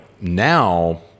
now